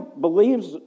believes